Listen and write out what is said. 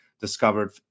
discovered